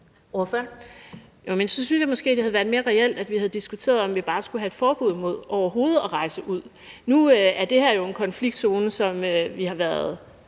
(SF): Jo, men så synes jeg måske, det havde været mere reelt, at vi havde diskuteret, om vi bare skulle have et forbud mod overhovedet at rejse ud. Nu er det her jo en konfliktzone, som vi har været